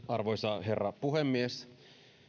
arvoisa herra puhemies